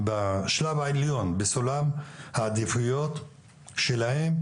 בשלב העליון בסולם העדיפויות שלהם,